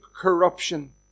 corruption